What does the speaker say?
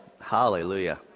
Hallelujah